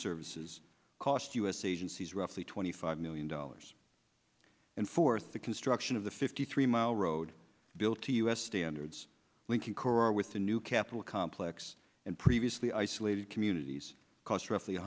services cost us agencies roughly twenty five million dollars and fourth the construction of the fifty three mile road built to u s standards linking kora with the new capitol complex and previously isolated communities cost roughly